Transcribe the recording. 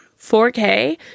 4K